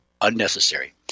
Unnecessary